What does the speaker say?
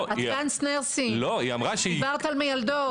מיילדות.